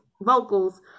vocals